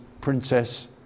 princess